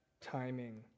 timing